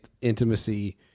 intimacy